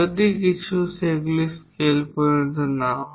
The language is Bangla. যদি সেগুলি স্কেল পর্যন্ত না হয়